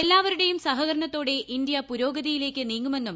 എല്ലാവരുടെയില്ലൂം സഹകരണത്തോടെ ഇന്ത്യ പുരോഗതിയിലേക്ക് നീങ്ങും